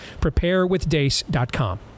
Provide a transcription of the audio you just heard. preparewithdace.com